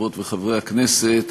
חברות וחברי הכנסת,